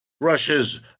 Russia's